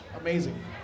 amazing